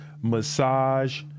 massage